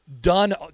done –